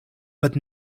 but